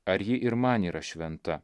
ar ji ir man yra šventa